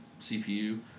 CPU